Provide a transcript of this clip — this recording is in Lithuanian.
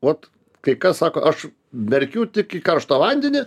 vat kai kas sako aš merkiu tik į karštą vandenį